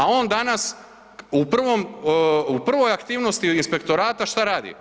A on danas u prvoj aktivnosti Inspektorata, šta radi?